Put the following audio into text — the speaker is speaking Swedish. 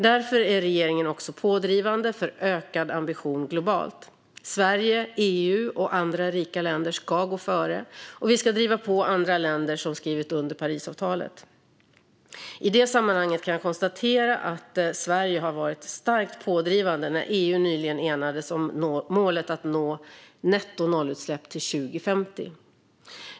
Därför är regeringen också pådrivande för ökad ambition globalt. Sverige, EU och andra rika länder ska gå före, och vi ska driva på andra länder som skrivit under Parisavtalet. I det sammanhanget kan jag konstatera att Sverige har varit starkt pådrivande när EU nyligen enades om målet att nå nettonollutsläpp till 2050.